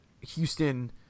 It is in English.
Houston